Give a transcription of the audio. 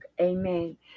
amen